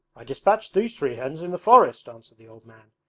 i dispatched these three hens in the forest answered the old man,